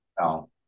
no